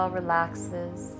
relaxes